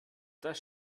das